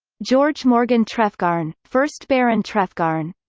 george morgan trefgarne, first baron trefgarne